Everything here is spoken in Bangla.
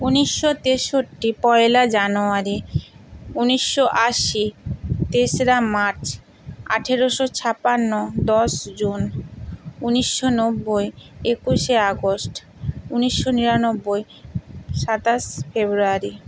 উনিশশো তেষট্টি পয়লা জানুয়ারি উনিশশো আশি তেসরা মার্চ আঠেরোশো ছাপান্ন দশ জুন উনিশশো নব্বই একুশে আগস্ট উনিশশো নিরানব্বই সাতাশ ফেব্রুয়ারি